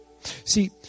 See